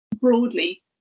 broadly